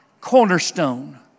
cornerstone